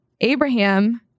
Abraham